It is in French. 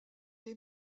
est